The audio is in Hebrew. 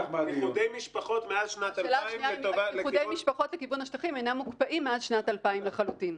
אם איחודי משפחות לכיוון השטחים אינם מוקפאים מאז שנת 2000 לחלוטין.